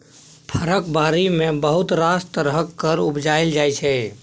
फरक बारी मे बहुत रास तरहक फर उपजाएल जाइ छै